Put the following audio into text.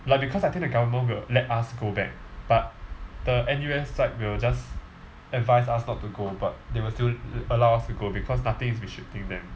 like because I think the government will let us go back but the N_U_S side will just advice us not to go but they will still allow us to go because nothing is restricting them